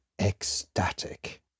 ecstatic